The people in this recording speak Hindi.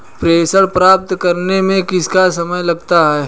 प्रेषण प्राप्त करने में कितना समय लगता है?